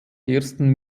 ersten